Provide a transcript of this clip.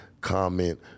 comment